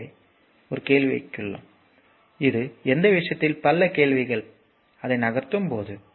எனவே நான் ஒரு கேள்வியை வைக்கிறேன் இது இந்த விஷயத்தில் பல கேள்விகள் நான் அதை நகர்த்தும்போது